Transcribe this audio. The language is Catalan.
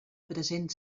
present